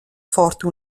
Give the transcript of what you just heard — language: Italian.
forte